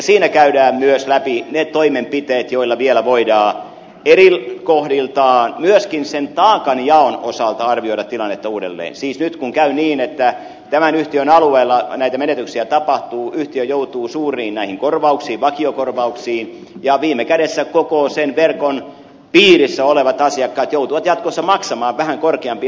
siinä käydään läpi myös ne toimenpiteet joilla vielä voidaan eri kohdissa myöskin sen taakanjaon osalta arvioida tilannetta uudelleen siis nyt kun käy niin että tämän yhtiön alueella näitä menetyksiä tapahtuu yhtiö joutuu näihin suuriin korvauksiin vakiokorvauksiin ja viime kädessä sen koko verkon piirissä olevat asiakkaat joutuvat jatkossa maksamaan vähän korkeampia siirtokustannuksia